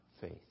faith